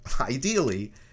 ideally